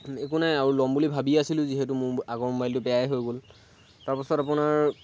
একো নাই আৰু ল'ম বুলি ভাবিয়ে আছিলোঁ যিহেতু মোৰ আগৰ ম'বাইলটো বেয়াই হৈ গ'ল তাৰ পাছত আপোনাৰ